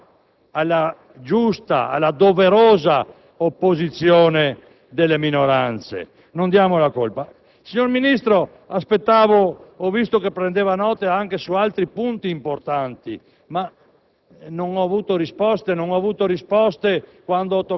Pertanto, amici miei, non diamo la colpa alla giusta e doverosa opposizione delle minoranze. Non diamo la colpa. Signor Ministro, ho visto che prendeva nota anche su altri punti importanti, ma